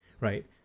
right